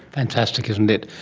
fantastic, isn't it.